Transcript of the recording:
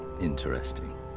Interesting